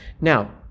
Now